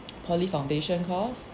poly foundation course